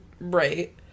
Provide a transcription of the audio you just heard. Right